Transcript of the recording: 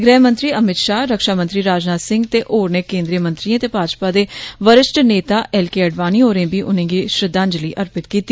गृहमंत्री अमित शाह रक्षा मंत्री राजनाथ सिंह दे होरने केन्द्रीय मंत्रियें ते भाजपा दे वरिष्ठ नेता एल के अडवाणी होरें बी उनेंगी श्रद्धांजलि अर्पित कीती